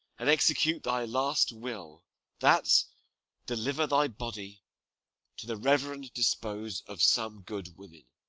and execute thy last will that deliver thy body to the reverend dispose of some good women